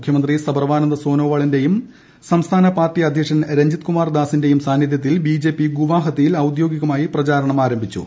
മുഖ്യമന്ത്രി സർബാനന്ദ സോനോവാളിന്റെയും സംസ്ഥാന പാർട്ടി അദ്ധ്യക്ഷൻ രഞ്ജിത് കുമാർ ദാസിന്റെയും സാന്നിദ്ധ്യത്തിൽ ബിജെപി ഗുവാഹത്തിയിൽ ഔദ്യോഗികമായി പ്രചരണം ആരംഭിച്ചു